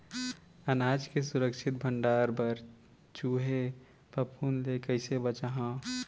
अनाज के सुरक्षित भण्डारण बर चूहे, फफूंद ले कैसे बचाहा?